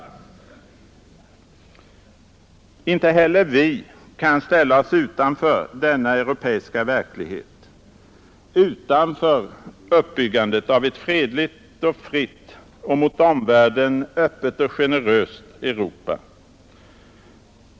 Inte heller vi kan ställa oss utanför denna europeiska verklighet, utanför uppbyggandet av ett fredligt, fritt och mot omvärlden öppet och generöst Europa.